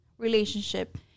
relationship